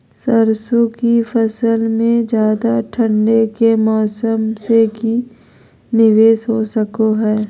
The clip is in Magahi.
सरसों की फसल में ज्यादा ठंड के मौसम से की निवेस हो सको हय?